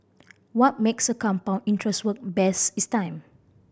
what makes compound interest work best is time